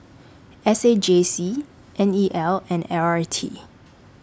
S A J C N E L and L R T